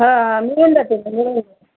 हां हां मिळून जातील न मिळून जातील